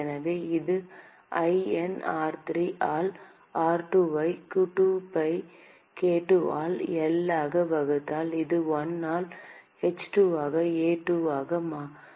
எனவே இது ln r3 ஆல் r2 ஐ 2pi k2 ஆல் L ஆக வகுத்தால் இது 1 ஆல் h2 ஆக A2 ஆக இருக்கும்